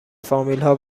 فامیلها